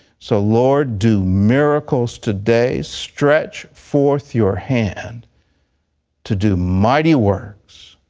so, lord, do miracles today. stretch forth your hand to do mighty works,